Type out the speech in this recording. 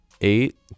Eight